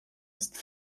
ist